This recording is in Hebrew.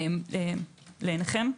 לעיניכם.